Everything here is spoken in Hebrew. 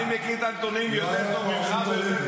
אני מכיר את הנתונים יותר טוב ממך.